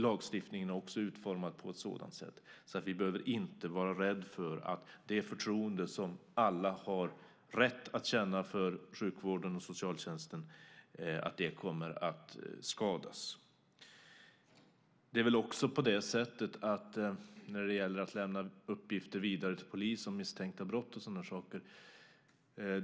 Lagstiftningen är också utformad på ett sådant sätt att vi inte behöver vara rädda för att det förtroende som alla har rätt att känna för sjukvården och socialtjänsten kommer att skadas. Det är väl på det sättet också när det gäller att lämna uppgifter vidare till polisen om misstänkta brott och sådana saker.